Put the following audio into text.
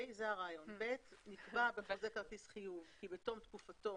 נקבע בחוזה כרטיס חיוב כי בתום תקופתו